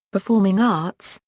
performing arts,